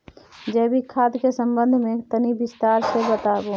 जैविक खाद के संबंध मे तनि विस्तार स बताबू?